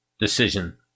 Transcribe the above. decision